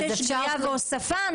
את הרשימה מחדש.